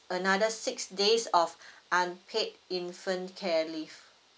another six days of unpaid infant care leave